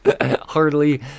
Hardly